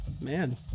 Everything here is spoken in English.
man